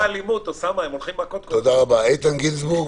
איתן גינזבורג.